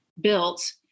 built